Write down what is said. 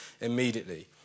immediately